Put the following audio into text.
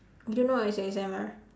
you don't know what is A_S_M_R